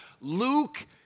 Luke